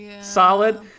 solid